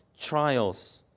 trials